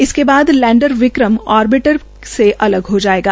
इसके बाद lander Vikram orbiter से अलग जो जायेगा